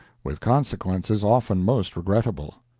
with consequences often most regrettable.